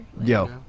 Yo